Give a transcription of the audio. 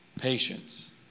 Patience